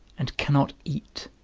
and cannot eat